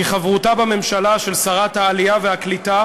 כי חברותה בממשלה של שרת העלייה והקליטה